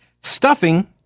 Stuffing